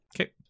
Okay